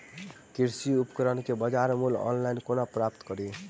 कृषि उपकरण केँ बजार मूल्य ऑनलाइन केना प्राप्त कड़ी?